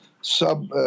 sub